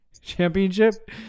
championship